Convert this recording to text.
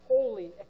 holy